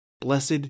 blessed